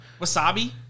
wasabi